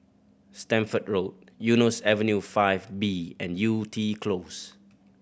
Stamford Road Eunos Avenue Five B and Yew Tee Close